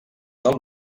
del